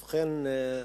ובכן,